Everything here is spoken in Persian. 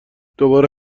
دوباره